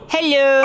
Hello